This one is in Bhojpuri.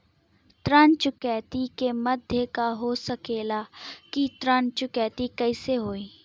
ऋण चुकौती के माध्यम का हो सकेला कि ऋण चुकौती कईसे होई?